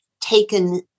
taken